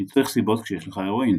מי צריך סיבות כשיש לך הירואין?